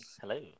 Hello